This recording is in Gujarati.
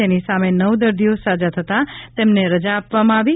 જેની સામે નવ દર્દીઓ સાજા થતા તેમને રજા આપવામા આવી છે